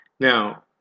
Now